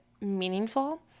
meaningful